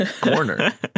corner